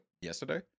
yesterday